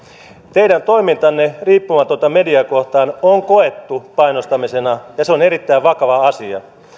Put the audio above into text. teidän toimintanne riippumatonta mediaa kohtaan on koettu painostamisena ja se on erittäin vakava asia